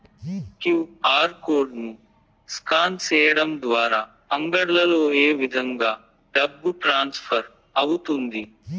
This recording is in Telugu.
క్యు.ఆర్ కోడ్ ను స్కాన్ సేయడం ద్వారా అంగడ్లలో ఏ విధంగా డబ్బు ట్రాన్స్ఫర్ అవుతుంది